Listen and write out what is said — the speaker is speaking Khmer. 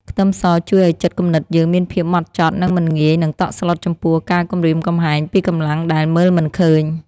ខ្ទឹមសជួយឱ្យចិត្តគំនិតយើងមានភាពហ្មត់ចត់និងមិនងាយនឹងតក់ស្លុតចំពោះការគំរាមកំហែងពីកម្លាំងដែលមើលមិនឃើញ។